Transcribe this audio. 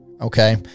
okay